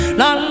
la